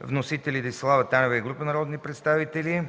вносители: Десислава Танева и група народни представители,